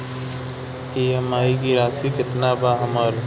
EMI की राशि केतना बा हमर?